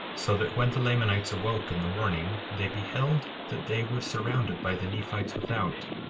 so that when the lamanites awoke in the morning they beheld that they were surrounded by the nephites without,